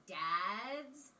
dad's